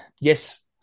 Yes